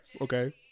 Okay